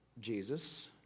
Jesus